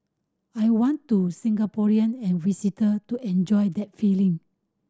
I want to Singaporean and visitor to enjoy that feeling